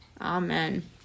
Amen